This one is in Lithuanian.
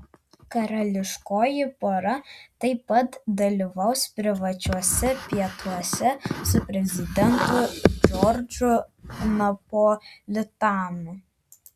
karališkoji pora taip pat dalyvaus privačiuose pietuose su prezidentu džordžu napolitanu